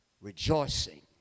rejoicing